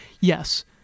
yes